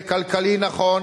זה כלכלית נכון.